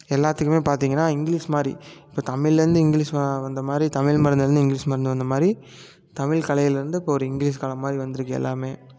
எல்லாத்துக்குமே பார்த்திங்கன்னா இங்கிலிஷ் மாதிரி இப்போ தமிழ்லிருந்து இங்கிலிஷ் வ வந்த மாதிரி தமிழ் மொழிலருந்து இங்கிலிஷ் மொழி வந்த மாதிரி தமிழ் கலையில் இருந்து இப்போ ஒரு இங்கிலிஷ் கலை மாதிரி வந்திருக்கு எல்லாமே